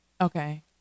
Okay